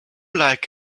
like